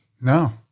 No